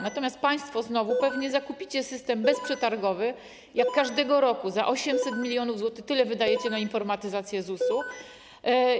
Natomiast państwo znowu pewnie zakupicie system bezprzetargowo, jak każdego roku, za 800 mln zł - tyle wydajecie na informatyzację ZUS.